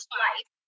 life